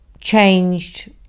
changed